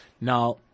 now